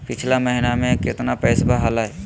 पिछला महीना मे कतना पैसवा हलय?